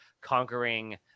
conquering